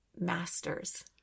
masters